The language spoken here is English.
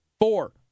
Four